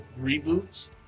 reboots